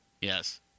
Yes